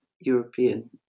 european